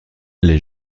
les